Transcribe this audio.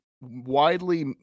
widely